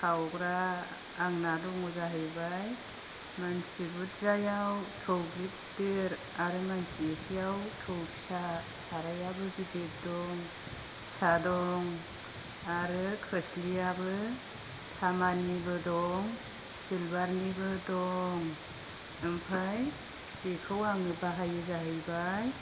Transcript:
खावग्रा आंना दङ जाहैबाय मानसि बुरजायाव थौ गिदिर आरो मानसि एसेयाव थौ फिसा सारायाबो गिदिर दं फिसा दं आरो खोस्लियाबो थामानिबो दं चिलबारनिबो दं ओमफाय बेखौ आङो बाहायो जाहैबाय